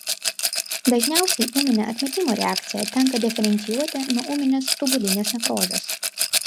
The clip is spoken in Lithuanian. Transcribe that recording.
dažniausiai ūminę atmetimo reakciją tenka diferencijuoti nuo ūminės tubulinės nekrozės